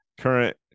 Current